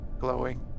glowing